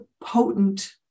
potent